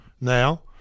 Now